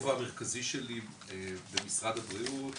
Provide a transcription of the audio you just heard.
בכובע המרכזי שלי במשרד הבריאות